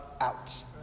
out